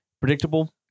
predictable